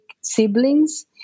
siblings